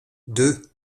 deux